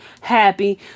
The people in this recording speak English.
happy